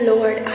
Lord